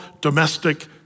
domestic